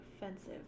offensive